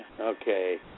okay